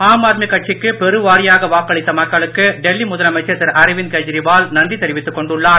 ஆம் ஆத்மி கட்சிக்கு பெருவாரியாக வாக்களித்த மக்களுக்கு டெல்லி முதலமைச்சர் திரு அரவிந்த் கெஜ்ரிவால் நன்றி தெரிவித்துக் கொண்டுள்ளார்